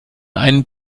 einen